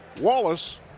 Wallace